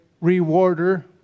rewarder